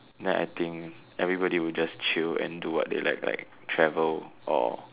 then I think everybody will just chill and do what they like like travel or